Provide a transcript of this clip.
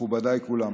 מכובדיי כולם,